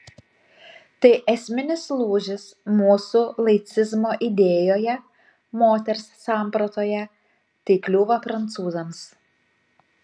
tai esminis lūžis mūsų laicizmo idėjoje moters sampratoje tai kliūva prancūzams